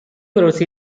rossi